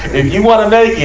you wanna make it,